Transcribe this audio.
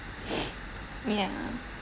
ya